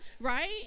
right